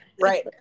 Right